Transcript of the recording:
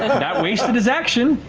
that wasted his action.